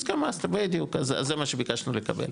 הסכם מסטר, בדיוק, זה מה שביקשנו לקבל.